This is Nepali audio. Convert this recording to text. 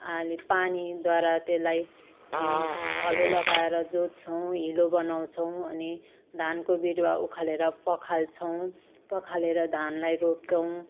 आली पानीद्वारा त्यसलाई उ हलो लगाएर जोत्छौँ हिलो बनाउँछौँ अनि धानको बिरुवा उखालेर पखाल्छौँ पखालेर धानलाई रोप्छौँ